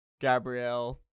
Gabrielle